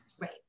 Right